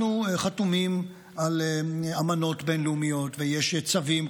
אנחנו חתומים על אמנות בין-לאומיות ויש צווים,